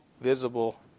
visible